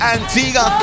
Antigua